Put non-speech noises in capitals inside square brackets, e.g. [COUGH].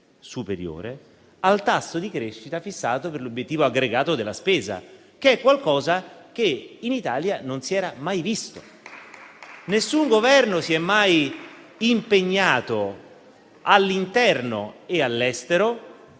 superiore a quello fissato per l'obiettivo aggregato della spesa, che è qualcosa che in Italia non si era mai visto. [APPLAUSE] Nessun Governo si è mai impegnato, all'interno e all'estero,